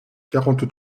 quarante